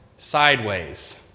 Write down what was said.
sideways